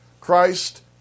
Christ